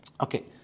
Okay